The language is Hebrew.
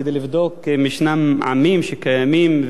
כדי לבדוק אם ישנם עמים שקיימים,